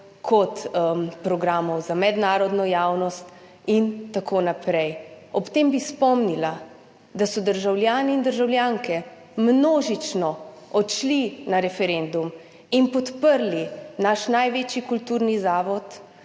do programov za mednarodno javnost in tako naprej. Ob tem bi spomnila, da so državljani in državljanke množično odšli na referendum in podprli naš največji kulturni zavod,